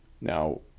Now